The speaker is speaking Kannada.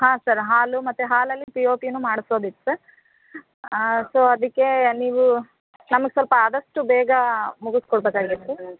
ಹಾಂ ಸರ್ ಹಾಲು ಮತ್ತು ಹಾಲಲ್ಲಿ ಪಿಓಪಿನು ಮಾಡ್ಸೋದಿತ್ತು ಸೊ ಅದಕ್ಕೆ ನೀವು ನಮ್ಗ ಸ್ವಲ್ಪ ಆದಷ್ಟು ಬೇಗ ಮುಗುಸಿ ಕೊಡಬೇಕಾಗುತ್ತೆ